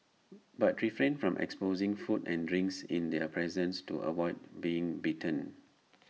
but refrain from exposing food and drinks in their presence to avoid being bitten